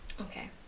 Okay